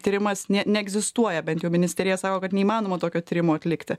tyrimas nė neegzistuoja bent jau ministerija sako kad neįmanoma tokio tyrimo atlikti